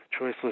choiceless